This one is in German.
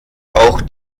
auch